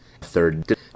third